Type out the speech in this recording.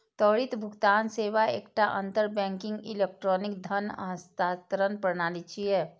त्वरित भुगतान सेवा एकटा अंतर बैंकिंग इलेक्ट्रॉनिक धन हस्तांतरण प्रणाली छियै